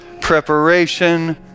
preparation